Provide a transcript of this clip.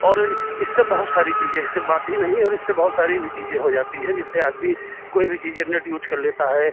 और इससे बहुत सारी चीज़ें सिर्फ बात ही नहीं और इससे बहुत सारी भी चीज़ें भी हो जाती है जिससे आदमी कोई भी चीज़ें नेट यूज़ कर लेता है